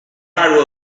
harry